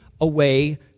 away